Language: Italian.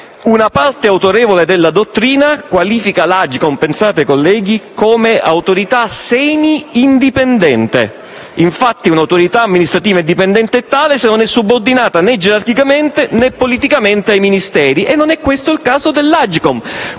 Una parte autorevole della dottrina qualifica l'Agcom - pensate, colleghi - come autorità semi-indipendente. Infatti, un'autorità amministrativa indipendente è tale se non è subordinata né gerarchicamente né politicamente ai Ministeri, e non è questo il caso dell'Agcom.